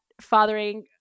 fathering